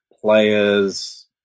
players